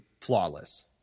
flawless